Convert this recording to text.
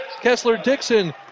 Kessler-Dixon